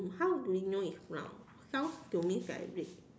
how do you know it's brown sounds to me it's like red